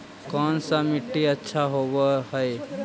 कोन सा मिट्टी अच्छा होबहय?